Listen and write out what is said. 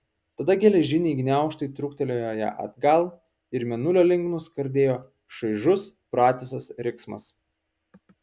tada geležiniai gniaužtai trūktelėjo ją atgal ir mėnulio link nuskardėjo šaižus pratisas riksmas